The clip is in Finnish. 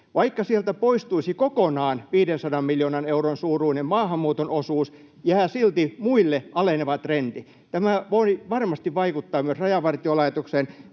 Vaikka sieltä poistuisi kokonaan 500 miljoonan euron suuruinen maahanmuuton osuus, jää silti muille aleneva trendi. Tämä voi varmasti vaikuttaa myös Rajavartiolaitokseen,